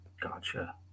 Gotcha